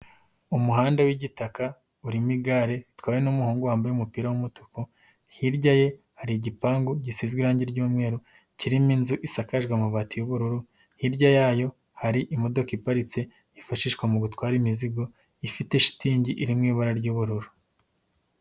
Umuhanda w'gitaka, urimo igare ritwawe n'umuhungu, hirya ye hari igipangu gisigaze irangi ry'umweru, kirimo inzu isakajwe amabati y'ubururu, hirya yayo hari imodoka iparitse, yifashishwa mu gutwara imizigo, ifite shitingi iri mu ibara ry'ubururu.